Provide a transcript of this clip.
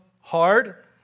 hard